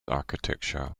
architecture